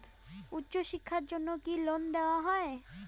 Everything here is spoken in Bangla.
উচ্চশিক্ষার জন্য কি লোন দেওয়া হয়?